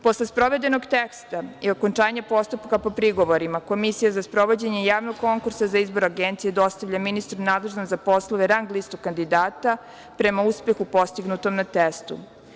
Posle sprovedenog testa i okončanje postupka po prigovorima, Komisija za sprovođenje javnog konkursa za izbor Agencije dostavlja ministru nadležnom za poslove rang listu kandidata prema uspehu postignutom na testu.